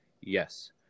Yes